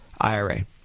IRA